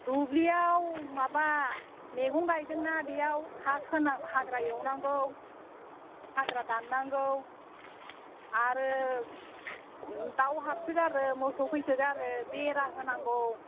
दुब्लियाव माबा मैगं गायदोंना बेयाव हाग्रा एवनांगौ हाग्रा दाननांगौ आरो दाउ हाबसोगारो मोसौ फैसोगारो बेरा होनांगौ